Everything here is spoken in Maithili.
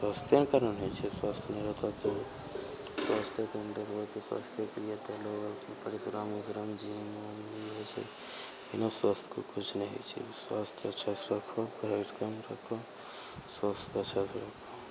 स्वास्थ्य नहि केना नहि छै स्वास्थ्य नहि रहतौ तऽ स्वास्थ्यके नहि देखबय तऽ स्वस्थ्येके लिये तऽ लोग जिम उम होइ छै बिना स्वास्थ्यके किछु नहि होइ छै स्वास्थ्य अच्छासँ रखहो डाइट कम रखहो स्वास्थ्य अच्छासँ रखहो